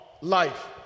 life